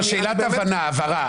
שאלת הבהרה.